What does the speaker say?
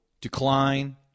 decline